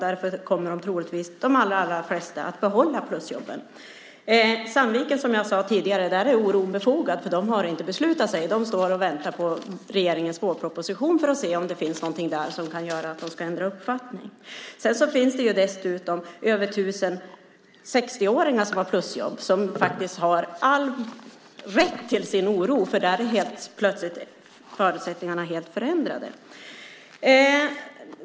Därför kommer troligtvis de allra flesta kommuner att behålla plusjobben. I Sandviken, som jag nämnde tidigare, är oron befogad, för de har inte bestämt sig. De väntar på regeringens vårproposition för att se om det kommer att finnas något i den som gör att de ändrar uppfattning. Dessutom finns det över tusen 60-åringar med plusjobb, och de har all anledning att känna oro eftersom förutsättningarna helt plötsligt är förändrade.